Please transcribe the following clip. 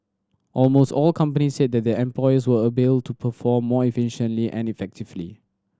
almost all companies said that their employees were able to perform more efficiently and effectively